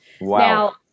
Wow